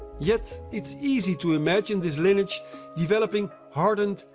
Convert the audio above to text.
yet, it's easy to imagine this lineage developing hardened,